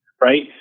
right